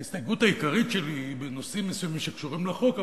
ההסתייגות העיקרית שלי היא בנושאים מסוימים שקשורים לחוק,